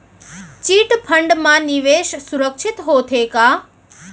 Chit fund मा निवेश सुरक्षित होथे का?